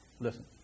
listen